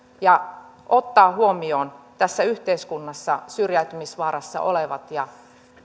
ja ottaa huomioon tässä yhteiskunnassa syrjäytymisvaarassa olevat ja